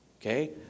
Okay